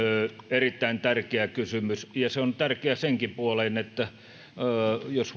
erittäin tärkeä kysymys ja se on tärkeä senkin puoleen jos